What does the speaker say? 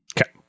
Okay